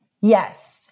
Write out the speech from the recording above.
Yes